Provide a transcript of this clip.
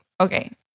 okay